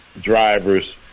drivers